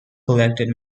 collected